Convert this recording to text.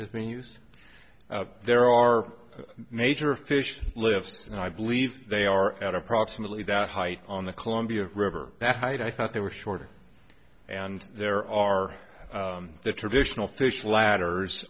has been used there are major fish live and i believe they are at approximately the height on the columbia river that height i thought they were shorter and there are the traditional fish ladders